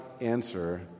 answer